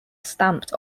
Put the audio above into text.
stamped